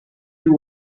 you